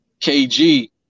KG